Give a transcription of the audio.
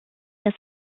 das